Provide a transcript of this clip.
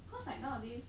cause like nowadays